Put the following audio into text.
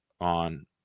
on